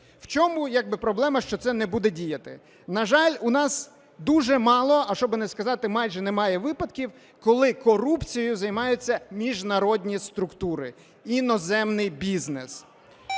В чому як би проблема, що це не буде діяти? На жаль, у нас дуже мало, щоб не сказати майже немає випадків, коли корупцією займаються міжнародні структури, іноземний бізнес.